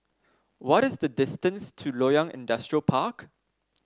what is the distance to Loyang Industrial Park